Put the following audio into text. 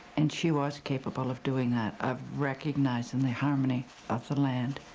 and she was capable of doing that, of recognizing the harmony of the land.